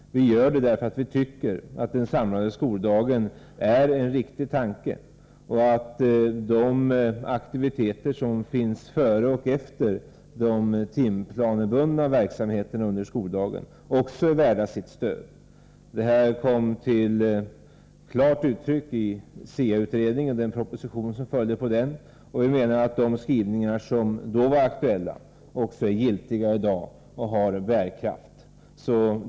Vi gör det därför att vi tycker att den samlade skoldagen är en riktig tanke och att de aktiviteter som bedrivs före och efter de timplanebundna verksamheterna under skoldagen också är värda sitt stöd. Detta kom till klart uttryck i SIA-utredningen och den proposition som följde på utredningen, och vi menar att de skrivningar som då var aktuella är giltiga också i dag och har bärkraft.